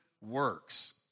works